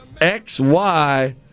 XY